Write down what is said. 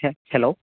ഹേ hello